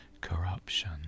corruption